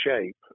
shape